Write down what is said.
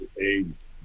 AIDS